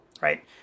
Right